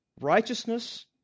righteousness